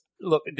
look